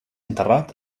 enterrat